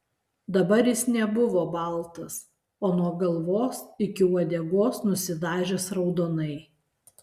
dabar jis nebuvo baltas o nuo galvos iki uodegos nusidažęs raudonai